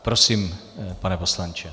Prosím, pane poslanče.